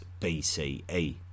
BCE